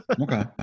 Okay